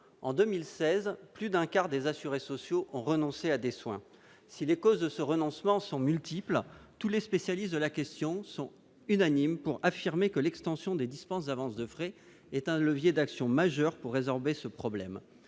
en 2016 plus d'un quart des assurés sociaux ont renoncé à des soins si les causes de ce renoncement sont multiples : tous les spécialistes de la question sont unanimes pour affirmer que l'extension des dispense d'avance de frais est un levier d'action majeure pour résorber ce problème,